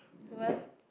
were